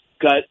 got